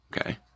Okay